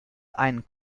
einen